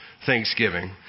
Thanksgiving